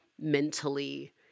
mentally